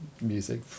music